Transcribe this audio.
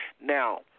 now